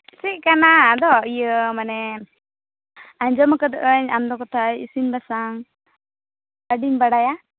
ᱪᱮᱫ ᱠᱟᱱᱟ ᱟᱫᱚ ᱤᱭᱟᱹ ᱢᱟᱱᱮ ᱟᱸᱡᱚᱢᱟᱠᱟᱫᱟᱹᱧ ᱟᱢᱫᱚ ᱠᱟᱛᱷᱟᱡ ᱤᱥᱤᱱ ᱵᱟᱥᱟᱝ ᱟᱹᱰᱤᱢ ᱵᱟᱲᱟᱭᱟ